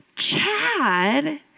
Chad